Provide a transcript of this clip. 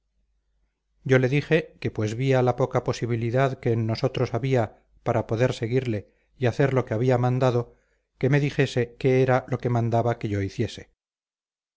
yo le dije que pues vía la poca posibilidad que en nosotros había para poder seguirle y hacer lo que había mandado que me dijese qué era lo que mandaba que yo hiciese